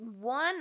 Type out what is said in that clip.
one